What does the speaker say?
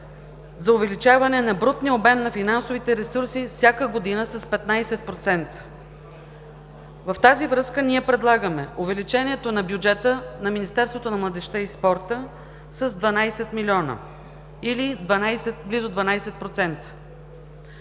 за увеличаване на брутния обем на финансовите ресурси всяка година с 15%. В тази връзка ние предлагаме увеличението на бюджета на Министерството на младежта и